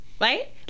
right